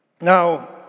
Now